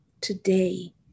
today